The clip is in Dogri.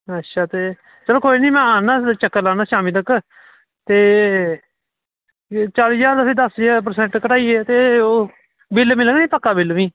चलो कोई निं में आना ते चक्कर लाना शामीं तगर ते चाली ज्हार दा तुसेंगी दस्स परसेंट घटाइयै तुसेंगी ते बिल बनायो ना पक्का भी